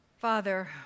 Father